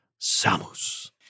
Samus